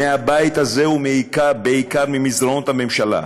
מהבית הזה, ובעיקר ממסדרונות הממשלה.